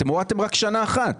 אתם הורדתם רק שנה אחת.